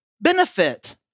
benefit